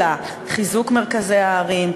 אלא חיזוק מרכזי הערים,